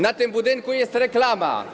Na tym budynku jest reklama.